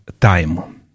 Time